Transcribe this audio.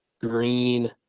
green